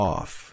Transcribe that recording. Off